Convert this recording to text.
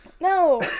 No